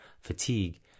fatigue